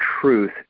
truth